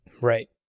Right